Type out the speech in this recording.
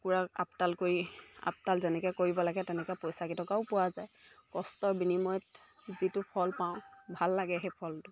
কুকুৰাক আপডাল কৰি আপডাল যেনেকৈ কৰিব লাগে তেনেকৈ পইচা কেইটকাও পোৱা যায় কষ্টৰ বিনিময়ত যিটো ফল পাওঁ ভাল লাগে সেই ফলটো